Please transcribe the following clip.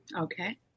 Okay